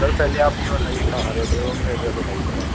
sir पहले आप ये बताइए कहाँ रहते हो एड्रेस बताइए अपना